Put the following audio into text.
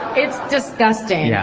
it's disgusting. yeah